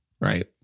Right